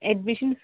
admission